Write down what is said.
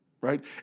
right